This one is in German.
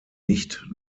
nicht